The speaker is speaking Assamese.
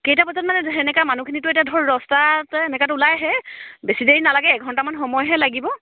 কেইটা বজাত মানে তেনেকুৱা মানুহখিনিতো এতিয়া ধৰ দছটাত এনেকুৱাত ওলাই আহে বেছি দেৰি নালাগে এঘণ্টামান সময়হে লাগিব